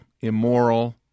immoral